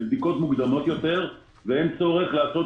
בדיקות מוקדמות יותר ואין צורך לעשות